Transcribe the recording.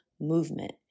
movement